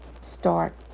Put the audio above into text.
start